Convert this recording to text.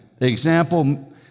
Example